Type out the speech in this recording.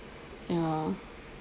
ya